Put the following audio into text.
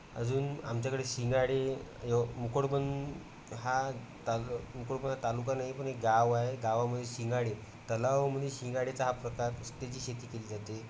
अजून आमच्याकडे शिंगाडे य मुकुटबन हा ताल मुकुटबन हा तालुका नाही पण एक गाव आहे गावामध्ये शिंगाडी तलावामध्ये शिंगाडीचा हा प्रकार त्याची शेती केली जाते